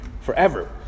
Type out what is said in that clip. forever